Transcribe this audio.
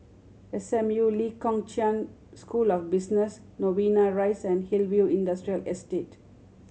S M U Lee Kong Chian School of Business Novena Rise and Hillview Industrial Estate